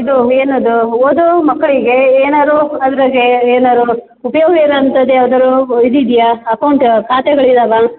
ಇದು ಏನದು ಓದೋ ಮಕ್ಕಳಿಗೆ ಏನಾರು ಅದರಾಗೆ ಏನಾದರು ಉಪಯೋಗ ಇರುವಂಥದ್ದು ಯಾವುದಾದರು ಇದು ಇದಿಯಾ ಅಕೌಂಟ್ ಖಾತೆಗಳು ಇದಾವಾ